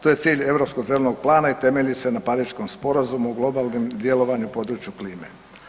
To je cilj Europskog zelenog plana i temelji se na Pariškom sporazum o globalnom djelovanju na području klime.